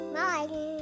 Bye